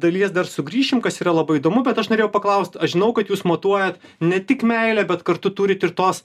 dalies dar sugrįšim kas yra labai įdomu bet aš norėjau paklaust aš žinau kad jūs matuojat ne tik meilę bet kartu turit ir tos